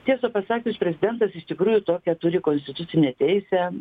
tiesą pasakius prezidentas iš tikrųjų tokią turi konstitucinę teisę